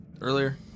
earlier